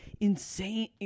insane